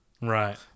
right